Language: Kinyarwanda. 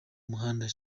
muhanda